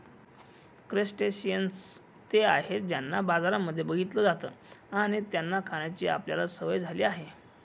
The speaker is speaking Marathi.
क्रस्टेशियंन्स ते आहेत ज्यांना बाजारांमध्ये बघितलं जात आणि त्यांना खाण्याची आपल्याला सवय झाली आहे